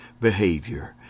behavior